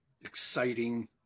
exciting